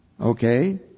Okay